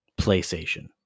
PlayStation